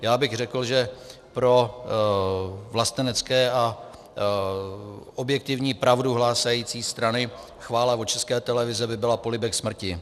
Já bych řekl, že pro vlastenecké a objektivní pravdu hlásající strany chvála od České televize by byla polibek smrti.